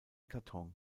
karton